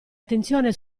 attenzione